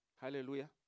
Hallelujah